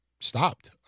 stopped